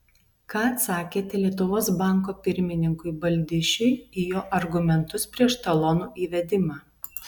ką atsakėte lietuvos banko pirmininkui baldišiui į jo argumentus prieš talonų įvedimą